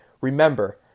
Remember